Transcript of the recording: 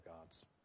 gods